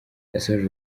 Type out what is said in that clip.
yasoje